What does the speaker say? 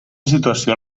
situació